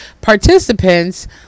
participants